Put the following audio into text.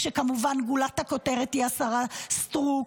כשכמובן גולת הכותרת היא השרה סטרוק,